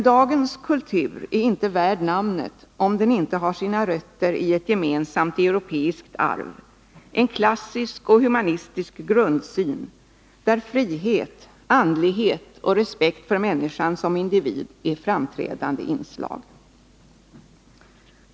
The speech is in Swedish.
Dagens kultur är inte värd namnet, om den inte har sina rötter i ett gemensamt europeiskt arv, en klassisk och humanistisk grundsyn, där frihet, andlighet och respekt för människan som individ är framträdande inslag.